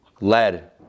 Lead